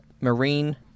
marine